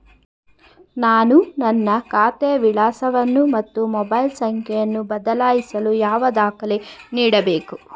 ನಾನು ನನ್ನ ಖಾತೆಯ ವಿಳಾಸವನ್ನು ಮತ್ತು ಮೊಬೈಲ್ ಸಂಖ್ಯೆಯನ್ನು ಬದಲಾಯಿಸಲು ಯಾವ ದಾಖಲೆ ನೀಡಬೇಕು?